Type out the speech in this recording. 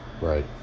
Right